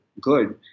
good